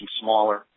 smaller